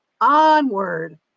onward